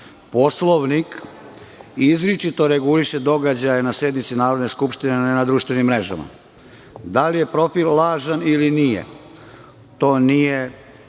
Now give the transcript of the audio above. itd? Poslovnik izričito reguliše događaje na sednici Narodne skupštine, a ne na društvenim mrežama. Da li je profil lažan ili nije, to nije